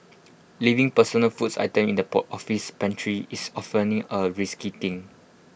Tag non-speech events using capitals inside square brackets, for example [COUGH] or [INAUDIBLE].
leaving personal foods items in the [UNINTELLIGIBLE] office pantry is [UNINTELLIGIBLE] A risky thing